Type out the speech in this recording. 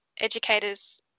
educators